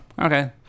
Okay